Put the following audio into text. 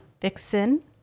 Vixen